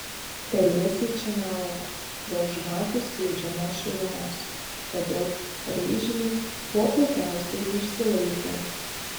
pelėsiai čia neaugo dėl žvakių skleidžiamos šilumos todėl raižiniai kuo puikiausiai išsilaikė